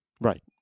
Right